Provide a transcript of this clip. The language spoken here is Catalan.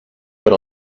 per